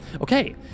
Okay